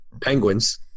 Penguins